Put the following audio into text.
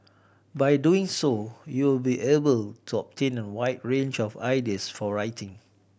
by doing so you will be able to obtain a wide range of ideas for writing